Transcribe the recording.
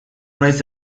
naiz